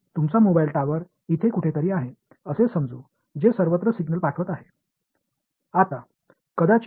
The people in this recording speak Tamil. உங்கள் மொபைல் கோபுரம் இங்கே எங்காவது உள்ளது இது எல்லா இடங்களிலும் சமிக்ஞைகளை அனுப்புகிறது